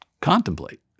contemplate